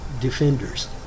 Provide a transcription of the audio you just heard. defenders